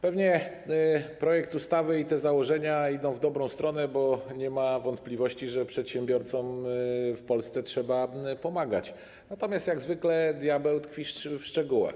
Pewnie projekt ustawy i te założenia idą w dobra stronę, bo nie ma wątpliwości, że przedsiębiorcom w Polsce trzeba pomagać, natomiast jak zwykle diabeł tkwi w szczegółach.